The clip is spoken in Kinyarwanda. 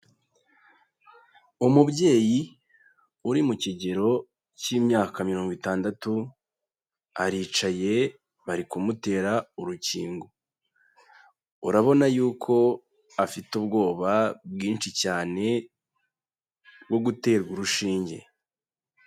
Umubyeyi uri mu kigero cy'imyaka mirongo itandatu, aricaye bari kumutera urukingo, urabona y'uko afite ubwoba bwinshi cyane bwo guterwa urushinge.